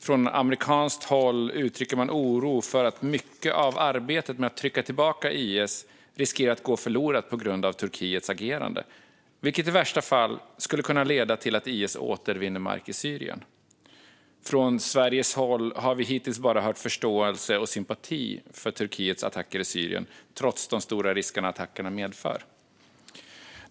Från amerikanskt håll uttrycker man oro för att mycket av arbetet med att trycka tillbaka IS riskerar att gå förlorat på grund av Turkiets agerande, vilket i värsta fall skulle kunna leda till att IS åter vinner mark i Syrien. Från Sveriges håll har vi hittills bara hört förståelse och sympati för Turkiets attacker i Syrien trots de stora risker attackerna medför.